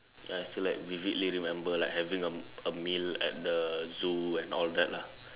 then I still like vividly remember like having a a meal at the zoo and all that lah